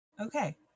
okay